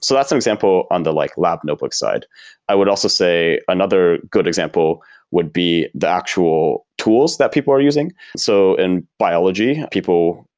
so that's an example on the like lab notebook side i would also say another good example would be the actual tools that people are using. so in biology, people,